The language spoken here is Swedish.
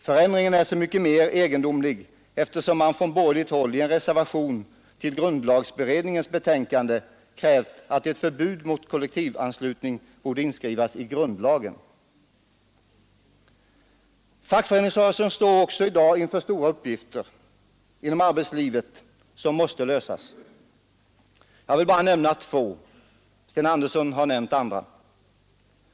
F ndringen är så mycket mer egendomlig som man från borgerligt håll i en reservation till grundlagberedningens betänkande krävt att ett förbud mot kollektivanslutning skulle inskrivas i grundle Fackföreningsrörelsen står också i dag inför stora uppgifter inom arbetslivet vilka måste lösas. Jag vill bara nämna två — Sten Andersson har nämnt andra.